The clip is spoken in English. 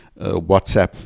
whatsapp